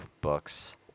books